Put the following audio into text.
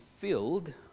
filled